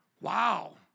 Wow